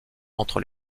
entre